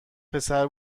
پسر